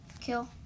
kill